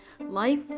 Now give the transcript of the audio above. life